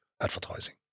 advertising